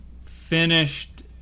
finished